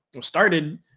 started